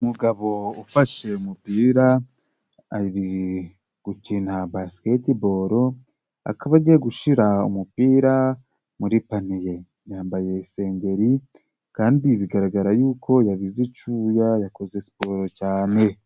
Umugabo ufashe umupira, ari gukina basketiboro akaba agiye gushyira umupira muri paniye, yambaye isengeri, kandi bigaragara yuko yabize icyuya yakoze siporo cyane.